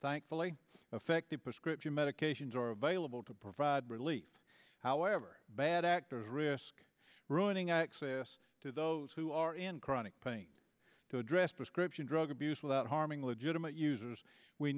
thankfully effective prescription medications are available to provide relief however bad actors risk ruining access to those who are in chronic pain to address prescription drug abuse without harming legitimate users we